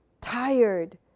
tired